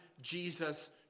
Jesus